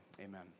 Amen